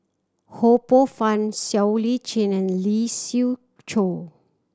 Ho Poh Fun Siow Lee Chin and Lee Siew Choh